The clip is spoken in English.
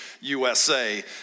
USA